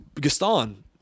Gaston